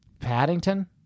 Paddington